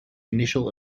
initial